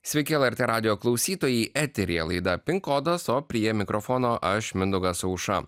sveiki lrt radijo klausytojai eteryje laida pin kodas o prie mikrofono aš mindaugas auša